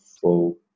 full